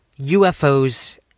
UFOs